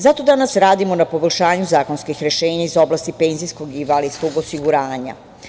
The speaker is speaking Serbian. Zato danas radimo na poboljšanju zakonskih rešenja iz oblasti penzijskog i invalidskog osiguranja.